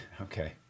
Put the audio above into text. Okay